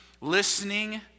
listening